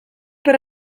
per